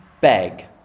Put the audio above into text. beg